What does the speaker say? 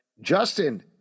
Justin